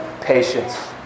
Patience